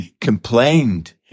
complained